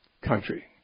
country